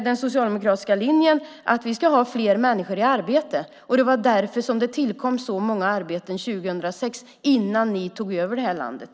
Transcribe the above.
Den socialdemokratiska linjen är att vi ska ha fler människor i arbete. Det var därför som det tillkom så många arbeten 2006 innan ni tog över makten i det här landet.